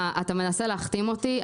אתה מנסה להכתים אותי,